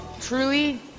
truly